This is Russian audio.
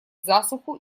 засуху